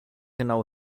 genau